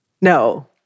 no